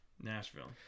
Nashville